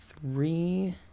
three